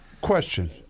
Question